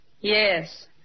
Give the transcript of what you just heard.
Yes